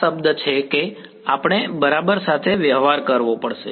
આ શબ્દ છે કે આપણે બરાબર સાથે વ્યવહાર કરવો પડશે